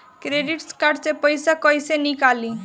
Credit card से पईसा केइसे निकली?